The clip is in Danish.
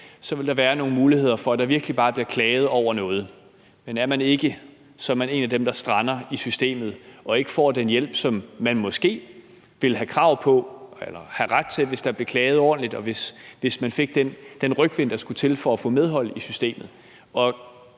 vil der være nogle muligheder for, at der virkelig bare bliver klaget over noget, men er man ikke det, så er man en af dem, der strander i systemet og ikke får den hjælp, som man måske ville have krav på eller have ret til, hvis der blev klaget ordentligt, og hvis man fik den rygvind, der skulle til for at få medhold i systemet.